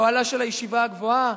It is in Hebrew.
לאוהלה של הישיבה הגבוהה,